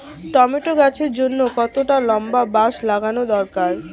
Tomato গাছের জন্যে কতটা লম্বা বাস লাগানো দরকার?